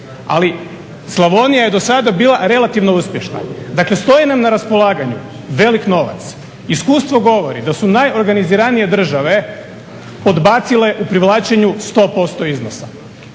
Ali Slavonija je do sada bila relativno uspješna. Dakle, stoji nam na raspolaganju velik novac, iskustvo govori da su najorganiziranije države podbacile u privlačenju 100% iznosa.